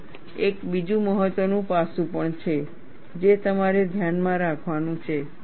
જુઓ એક બીજું મહત્વનું પાસું પણ છે જે તમારે ધ્યાનમાં રાખવાનું છે